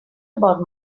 about